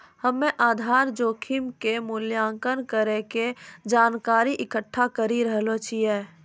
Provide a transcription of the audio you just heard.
हम्मेआधार जोखिम के मूल्यांकन करै के जानकारी इकट्ठा करी रहलो छिऐ